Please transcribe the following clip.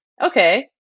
Okay